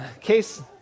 case